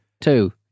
two